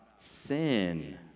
sin